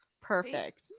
perfect